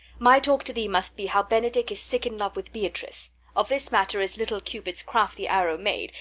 my talk to thee must be how benedick is sick in love with beatrice of this matter is little cupid's crafty arrow made,